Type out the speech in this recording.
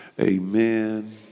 Amen